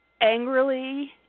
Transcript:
angrily